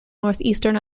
northeastern